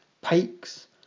pikes